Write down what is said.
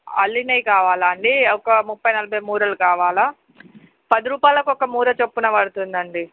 అల్లినవి కావాలా అండి ఒక ముప్పై నలభై మూరలు కావాలా పది రూపాయలకి ఒక మూర చప్పున పడుతుందండి